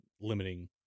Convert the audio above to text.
limiting